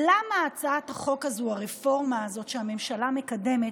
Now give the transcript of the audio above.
למה הצעת החוק הזאת, הרפורמה הזאת שהממשלה מקדמת,